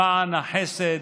למען החסד,